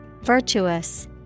virtuous